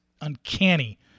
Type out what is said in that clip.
uncanny